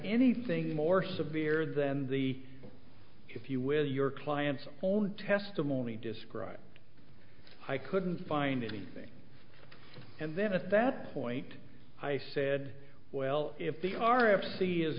anything more severe than the if you wish your client's own testimony described i couldn't find anything and then at that point i said well if the r f c is